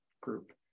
group